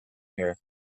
here